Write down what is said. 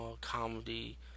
comedy